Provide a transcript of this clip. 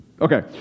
Okay